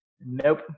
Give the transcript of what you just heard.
Nope